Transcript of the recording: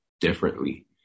Differently